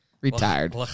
retired